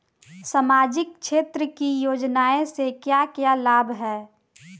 सामाजिक क्षेत्र की योजनाएं से क्या क्या लाभ है?